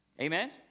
Amen